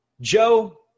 Joe